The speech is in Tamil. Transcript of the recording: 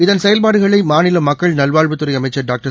இதன் செயல்பாடுகளை மாநில மக்கள் நல்வாழ்வுத்துறை அமைச்சர் டாக்டர்